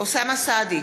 אוסאמה סעדי,